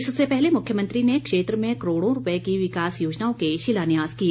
इससे पहले मुख्यमंत्री ने क्षेत्र में करोड़ों रूपए की विकास योजनाओं के शिलान्यास किए